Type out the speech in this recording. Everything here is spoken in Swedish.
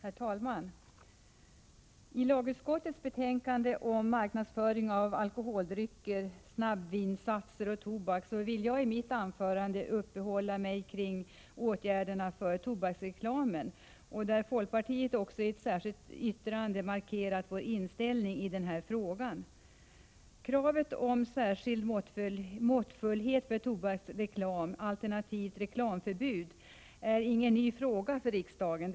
Herr talman! När det gäller lagutskottets betänkande om marknadsföring av alkoholdrycker, snabbvinsatser och tobak vill jag i mitt anförande uppehålla mig vid åtgärderna beträffande tobaksreklamen. Vi i folkpartiet har markerat vår inställning i denna fråga i ett särskilt yttrande. Kravet på särskild måttfullhet när det gäller tobaksreklam, alternativt reklamförbud, är ingen ny fråga för riksdagen.